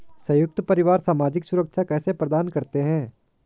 संयुक्त परिवार सामाजिक सुरक्षा कैसे प्रदान करते हैं?